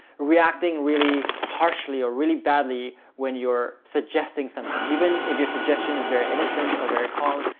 reacting really harshly or really badly when you're suggesting something, even if your suggestion is very innocent or very calm,